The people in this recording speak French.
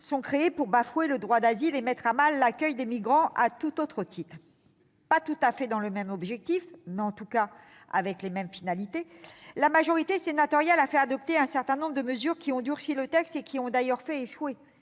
sont réunies pour bafouer le droit d'asile et mettre à mal l'accueil de migrants à tout autre titre. Sans viser le même objectif précis, mais en tout cas en respectant les mêmes finalités générales, la majorité sénatoriale a fait adopter un certain nombre de mesures qui ont durci le texte et qui ont d'ailleurs fait échouer